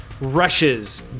rushes